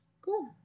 Cool